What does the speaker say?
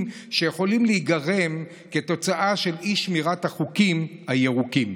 שיכולים להיגרם כתוצאה מאי-שמירת החוקים הירוקים.